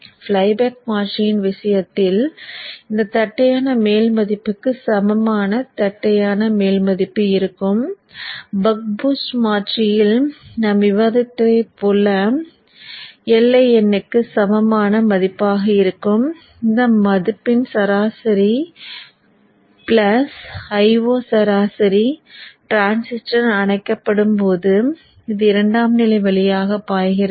flyback மாற்றியின் விஷயத்தில் இந்த தட்டையான மேல் மதிப்புக்கு சமமான தட்டையான மேல் மதிப்பு இருக்கும் பக் பூஸ்ட் மாற்றியில் நாம் விவாதித்ததைப் போல Iin க்கு சமமான மதிப்பாக இருக்கும் இந்த மதிப்பின் சராசரி பிளஸ் Io சராசரி டிரான்சிஸ்டர் அணைக்கப்படும் போது அது இரண்டாம் நிலை வழியாக பாய்கிறது